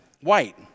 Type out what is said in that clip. white